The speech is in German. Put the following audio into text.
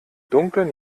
dunklen